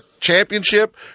Championship